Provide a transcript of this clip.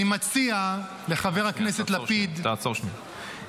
אני מציע לחבר הכנסת לפיד --- תעצור שנייה,